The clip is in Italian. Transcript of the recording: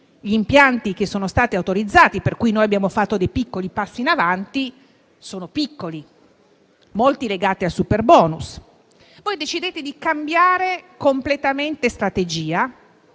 gli impianti che sono stati autorizzati e su cui abbiamo fatto dei modesti passi in avanti sono piccoli e molti legati al superbonus. Poi decidete di cambiare completamente strategia,